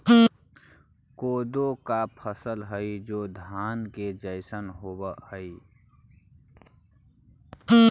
कोदो एक फसल हई जो धान के जैसन होव हई